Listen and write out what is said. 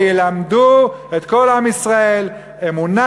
וילמדו את כל עם ישראל אמונה,